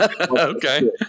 Okay